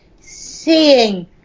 seeing